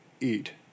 Eat